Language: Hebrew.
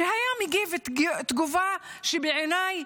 היה מגיב תגובה שבעיניי